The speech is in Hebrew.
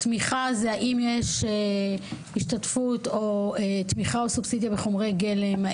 זה גם האם יש השתתפות או סובסידיה בחומרי גלם.